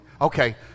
Okay